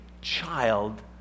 child